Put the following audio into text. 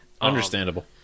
Understandable